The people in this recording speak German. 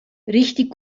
richtig